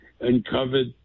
uncovered